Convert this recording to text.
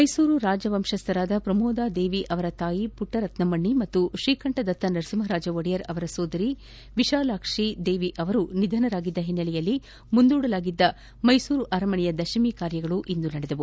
ಮೈಸೂರು ರಾಜವಂಶಸ್ಥರಾದ ಪ್ರಮೋದಾ ದೇವಿ ಅವರ ತಾಯಿ ಪುಟ್ಟ ರತ್ನಮೃದ್ದೆ ಹಾಗೂ ಶ್ರೀಕಂಠದತ್ತ ನರಸಿಂಹರಾಜ ಒಡೆಯರ್ ಸಹೋದರಿ ವಿಶಾಲಾಕ್ಷಿದೇವಿ ಅವರು ನಿಧನರಾದ ಹಿನ್ನೆಲೆಯಲ್ಲಿ ಮುಂದೂಡಲಾಗಿದ್ದ ಅರಮನೆಯ ದಶಮಿ ಕಾರ್ಯಗಳು ಇಂದು ನಡೆದವು